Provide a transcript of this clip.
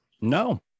No